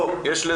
לא, יש את